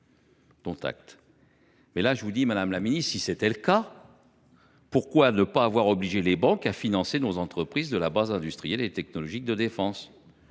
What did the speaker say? Dont acte. Madame la ministre, si tel était le cas, pourquoi ne pas avoir obligé les banques à financer nos entreprises de la base industrielle et technologique de défense,